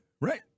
right